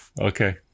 Okay